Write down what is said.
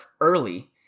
early